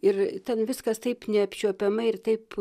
ir ten viskas taip neapčiuopiamai ir taip